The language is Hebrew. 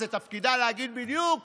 זה תפקידה להגיד בדיוק